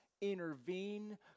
intervene